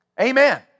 Amen